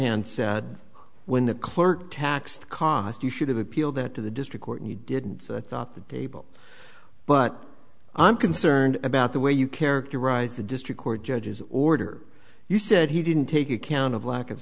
said when the clerk taxed cost you should have appealed that to the district court and you didn't so i thought that they will but i'm concerned about the way you characterize the district court judge's order you said he didn't take account of lack of